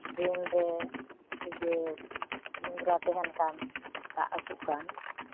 drain ᱨᱮ ᱡᱮ ᱱᱳᱝᱨᱟ ᱛᱟᱦᱮᱱ ᱠᱟᱱ ᱫᱟᱜ ᱟᱹᱛᱩᱜ ᱠᱟᱱ